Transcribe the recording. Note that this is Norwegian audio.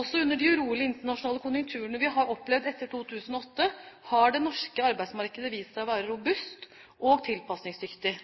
Også under de urolige internasjonale konjunkturene vi har opplevd etter 2008, har det norske arbeidsmarkedet vist seg å være robust og tilpasningsdyktig.